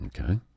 Okay